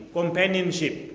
companionship